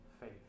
faith